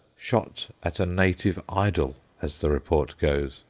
shot at a native idol, as the report goes.